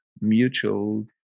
mutual